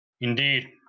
Indeed